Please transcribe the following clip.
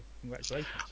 congratulations